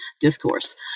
discourse